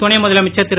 துணை முதலமைச்சர் திரு